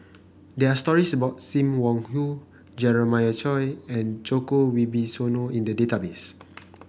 there are stories about Sim Wong Hoo Jeremiah Choy and Djoko Wibisono in the database